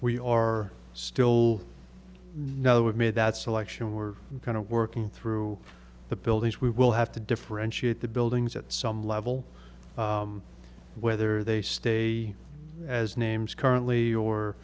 we are still no admitted that selection were kind of working through the buildings we will have to differentiate the buildings at some level whether they stay as names currently or